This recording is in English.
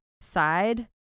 side